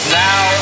now